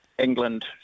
England